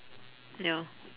ya